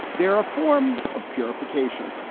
they're a form of purification.